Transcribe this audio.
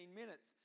minutes